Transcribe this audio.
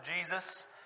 Jesus